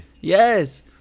yes